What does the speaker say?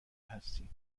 هستیم